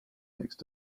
next